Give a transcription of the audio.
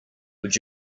would